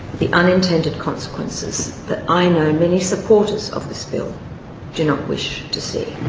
the unintended consequences that i know many supporters of this bill do not wish to see.